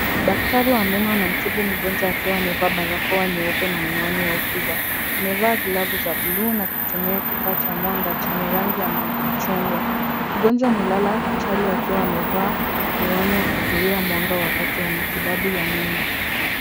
Daktari wa meno anamtibu mgonjwa akiwa amevaa barakoa nyeupe na miwani ya ukubwa. Amevaa glavu za bluu na akitumia kifaa cha mwanga chenye rangi ya machungwa. Mgonjwa amelala chali akiwa amevaa miwani ya kuzuia mwanga wakati wa matibabu ya meno.